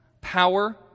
power